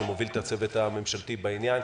שמוביל את הצוות הממשלתי בעניין.